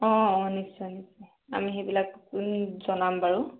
অ নিশ্চয় নিশ্চয় আমি সেইবিলাক জনাম বাৰু